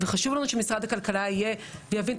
וחשוב לנו שמשרד הכלכלה יהיה ויבין את